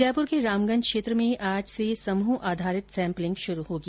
जयपुर के रामगंज क्षेत्र में आज से समूह आधारित सैम्पलिंग शुरू होगी